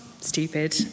stupid